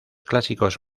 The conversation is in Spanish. clásicos